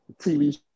TV